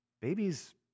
Babies